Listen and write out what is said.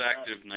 active